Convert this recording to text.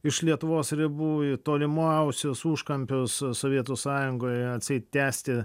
iš lietuvos ribų į tolimiausius užkampius sovietų sąjungoje atseit tęsti